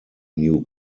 new